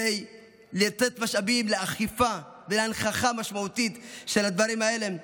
לתת משאבים לאכיפה ולהנכחה משמעותית של הדברים האלה.